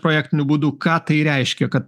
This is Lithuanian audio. projektiniu būdu ką tai reiškia kad